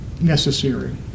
necessary